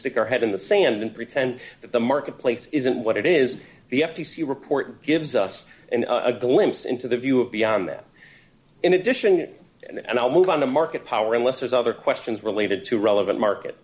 stick our head in the sand and pretend that the marketplace isn't what it is the f t c report gives us a glimpse into the view of beyond that in addition and i'll move on to market power unless there's other questions related to relevant market